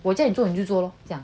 我叫你做你就做 lor 这样